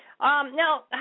now